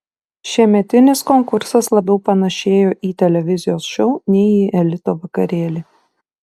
šiemetinis konkursas labiau panašėjo į televizijos šou nei į elito vakarėlį